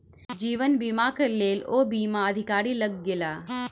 जीवन बीमाक लेल ओ बीमा अधिकारी लग गेला